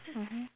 mmhmm